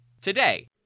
today